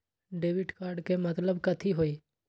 Debit card के मतलब कथी होई?